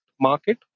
market